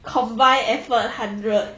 combined effort hundred